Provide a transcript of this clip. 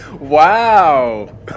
wow